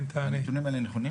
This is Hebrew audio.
הנתונים האלה נכונים?